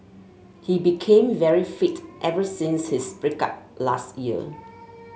he became very fit ever since his break up last year